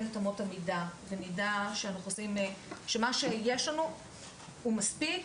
את אמות המידה במידה שמה שיש לנו הוא מספיק,